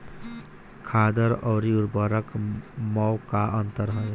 खादर अवरी उर्वरक मैं का अंतर हवे?